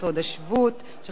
לא עברה את הקריאה הטרומית.